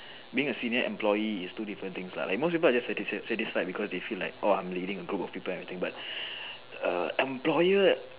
being a senior employee is two different things lah like most people are just satisfied satisfied because they feel like oh I'm leading a group of people and everything but err employer